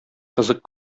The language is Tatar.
кызык